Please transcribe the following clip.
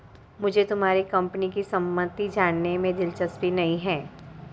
मुझे तुम्हारे कंपनी की सम्पत्ति जानने में दिलचस्पी नहीं है